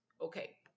Okay